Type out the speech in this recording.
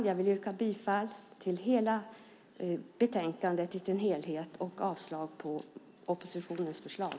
Jag vill yrka bifall till förslaget i sin helhet i betänkandet och avslag på oppositionens förslag.